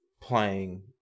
playing